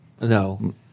No